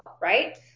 right